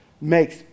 makes